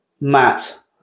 Matt